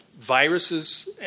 viruses